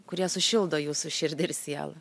kurie sušildo jūsų širdį ir sielą